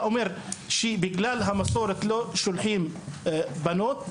אתה אומר שבגלל המסורת לא שולחים בנות ללימודים.